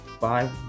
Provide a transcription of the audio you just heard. Bye